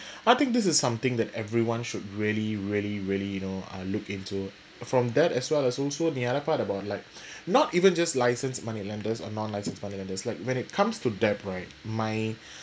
I think this is something that everyone should really really really you know uh look into from that as well as also the other part about like not even just licensed moneylenders or non licensed moneylenders like when it comes to debt right my